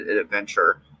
adventure